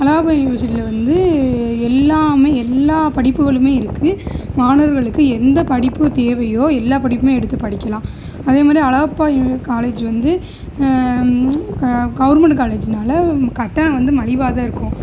அழகப்பா யுனிவர்சிட்டியில் வந்து எல்லாமே எல்லா படிப்புகளுமே இருக்குது மாணவர்களுக்கு எந்த படிப்பு தேவையோ எல்லா படிப்புமே எடுத்து படிக்கலாம் அதேமாதிரி அழகப்பா யுனி காலேஜ் வந்து க கவர்மெண்ட்டு காலேஜுனால் கட்டணம் வந்து மலிவாகதான் இருக்கும்